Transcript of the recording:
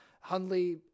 Hundley